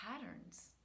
patterns